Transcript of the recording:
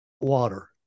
water